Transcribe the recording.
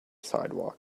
sidewalk